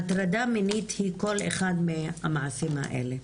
הטרדה מינית היא כל אחד מהמעשים האלה: